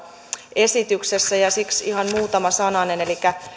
esityksessä ja siksi ihan muutama sananen elikkä